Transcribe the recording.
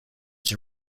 its